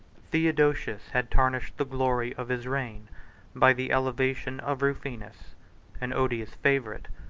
theodosius had tarnished the glory of his reign by the elevation of rufinus an odious favorite,